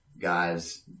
guys